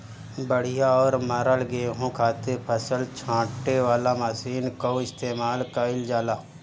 बढ़िया और मरल गेंहू खातिर फसल छांटे वाला मशीन कअ इस्तेमाल कइल जाला